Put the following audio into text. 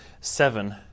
seven